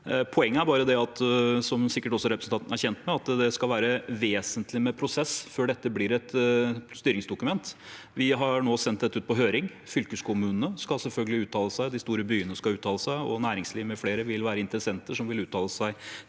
kjent med, at det skal vesentlig med prosess til før dette blir et styringsdokument. Vi har nå sendt dette ut på høring. Fylkeskommunene skal selvfølgelig uttale seg, de store byene skal uttale seg, og næringslivet mfl. vil være interessenter som vil uttale seg